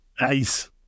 Nice